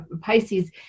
Pisces